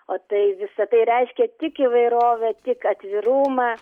o tai visa tai reiškia tik įvairovę tik atvirumą